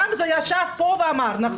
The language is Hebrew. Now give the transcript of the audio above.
גמזו ישב פה ואמר, נכון?